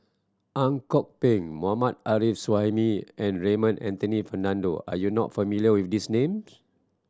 Ang Kok Peng Mohammad Arif Suhaimi and Raymond Anthony Fernando are you not familiar with these names